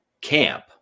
camp